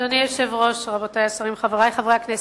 אדוני היושב-ראש, רבותי השרים, חברי חברי הכנסת,